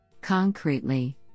Concretely